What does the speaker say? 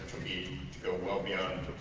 be to go well beyond